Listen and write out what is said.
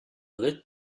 lit